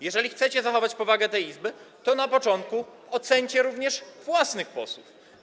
Jeżeli chcecie zachować powagę tej Izby, to na początku oceńcie również własnych posłów.